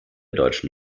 deutschen